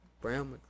brown